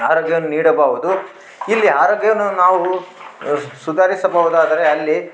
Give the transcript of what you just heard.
ಆರೋಗ್ಯವನ್ನು ನೀಡಬಹುದು ಇಲ್ಲಿ ಆರೋಗ್ಯವನ್ನು ನಾವು ಸುಧಾರಿಸಬಹುದಾದರೆ ಅಲ್ಲಿ